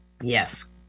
Yes